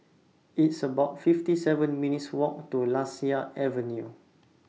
It's about fifty seven minutes' Walk to Lasia Avenue